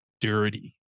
dirty